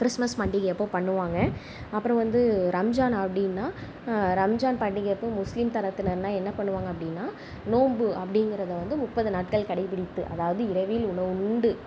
Christmas பண்டிகை அப்போ பண்ணுவாங்க அப்புறோம் வந்து ரம்ஜான் அப்படினா ரம்ஜான் பண்டிகை அப்போ முஸ்லீம் தளத்துலலாம் என்ன பண்ணுவாங்க அப்படினா நோம்பு அப்படிங்குறத வந்து முப்பது நாட்கள் கடை பிடித்து அதாவது இரவில் உணவுண்டு